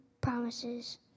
promises